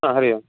ह हरिः ओम्